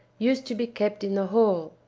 used to be kept in the hall.